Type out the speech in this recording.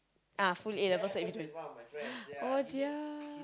ah full A-levels that we doing oh dear